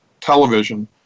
television